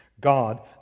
God